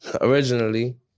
originally